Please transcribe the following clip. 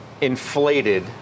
inflated